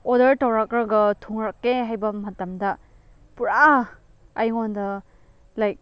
order ꯇꯧꯔꯛꯂꯒ ꯊꯨꯡꯉꯛꯇꯦ ꯍꯥꯏꯕ ꯃꯇꯝꯗ ꯄꯨꯔꯥ ꯑꯩꯉꯣꯟꯗ ꯂꯥꯏꯛ